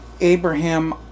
Abraham